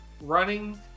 running